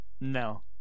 No